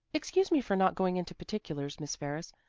excuse me for not going into particulars, miss ferris,